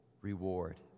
reward